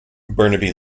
burnaby